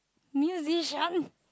musician